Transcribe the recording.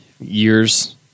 years